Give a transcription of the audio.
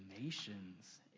nations